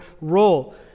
role